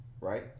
Right